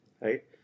right